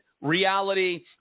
reality